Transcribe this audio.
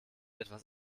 etwas